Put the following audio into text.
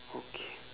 okay